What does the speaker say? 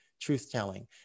truth-telling